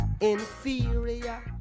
inferior